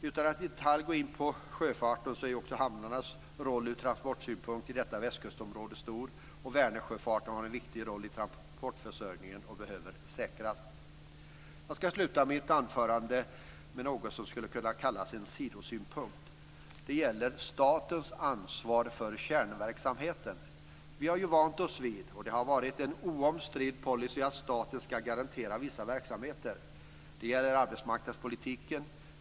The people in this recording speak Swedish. Utan att i detalj gå in på sjöfarten är också hamnarnas roll ur transportsynpunkt i detta västkustområde stor, och Vänersjöfarten har en viktig roll i transportförsörjningen och behöver säkras. Jag ska sluta mitt anförande med något som skulle kunna kallas en sidosynpunkt. Det gäller statens ansvar för kärnverksamheten. Vi har ju vant oss vid - och det har varit en oomstridd policy - att staten ska garantera vissa verksamheter. Det gäller arbetsmarknadspolitiken.